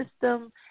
system